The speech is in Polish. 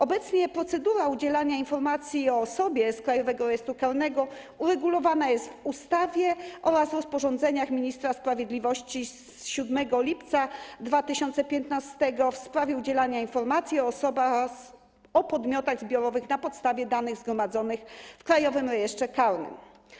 Obecnie procedura udzielania informacji o osobie z Krajowego Rejestru Karnego uregulowana jest w ustawie oraz rozporządzeniu Ministra Sprawiedliwości z 7 lipca 2015 r. w sprawie udzielania informacji o osobach oraz o podmiotach zbiorowych na podstawie danych zgromadzonych w Krajowym Rejestrze Karnym.